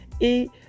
et